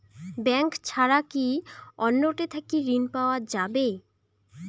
Bank ছাড়া কি অন্য টে থাকি ঋণ পাওয়া যাবে?